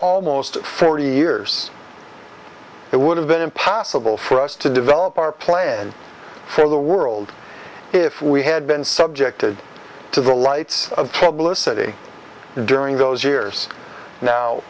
almost forty years it would have been impossible for us to develop our plan for the world if we had been subjected to the lights of troublous city during those years now